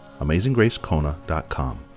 AmazingGraceKona.com